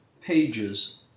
pages